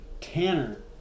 Tanner